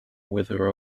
wither